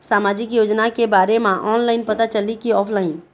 सामाजिक योजना के बारे मा ऑनलाइन पता चलही की ऑफलाइन?